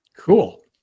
Cool